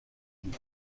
بود